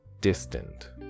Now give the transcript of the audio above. distant